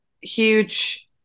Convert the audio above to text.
huge